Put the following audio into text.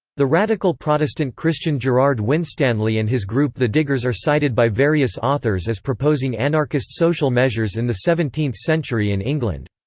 the radical protestant christian gerrard winstanley and his group the diggers are cited by various authors as proposing anarchist social measures in the seventeenth century in england.